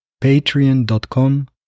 Patreon.com